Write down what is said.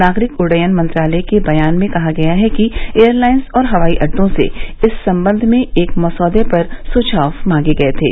नागरिक उड्डयन मंत्रालय के बयान में कहा गया है कि एयरलाइंस और हवाई अड्डो से इस संबंध में एक मसौदे पर सुझाव मांगे गए थे